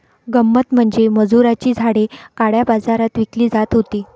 गंमत म्हणजे खजुराची झाडे काळ्या बाजारात विकली जात होती